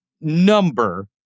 number